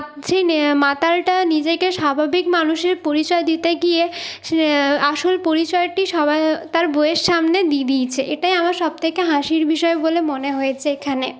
সেই মাতালটা নিজেকে স্বাভাবিক মানুষের পরিচয় দিতে গিয়ে আসল পরিচয়টি সবাই তার বউয়ের সামনে দিয়ে দিয়েছে এটাই আমার সব থেকে হাসির বিষয় বলে মনে হয়েছে এখানে